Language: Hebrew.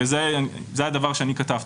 וזה הדבר שאני כתבתי.